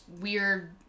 weird